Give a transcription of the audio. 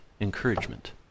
encouragement